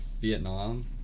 Vietnam